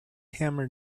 hammer